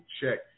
check